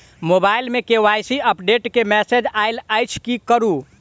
Mobile मे KYC update केँ message आइल अछि की करू?